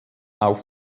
auf